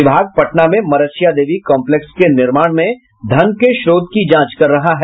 विभाग पटना में मरछिया देवी कम्पलेक्स के निर्माण में धन के स्त्रोत की जांच कर रहा है